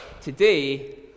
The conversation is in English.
today